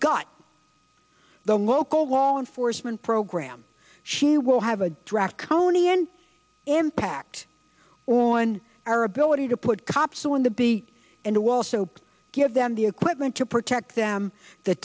gut the local law enforcement program she will have a draft kone in impact on our ability to put cops on the beat and to also give them the equipment to protect them the